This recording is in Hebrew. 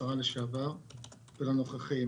לשרה לשעבר ולנוכחים,